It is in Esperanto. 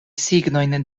signojn